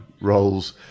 roles